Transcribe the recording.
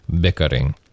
bickering